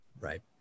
Right